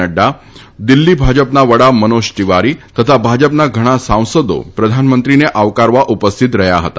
નફા દિલ્ફી ભાજપના વડા મનોજ તિવારી તથા ભાજપના ઘણા સાંસદો પ્રધાનમંત્રીન આવકારવા ઉપસ્થિત રહ્યા હતા